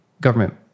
government